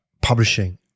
publishing